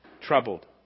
troubled